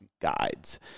guides